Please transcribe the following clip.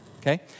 okay